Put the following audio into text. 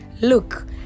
Look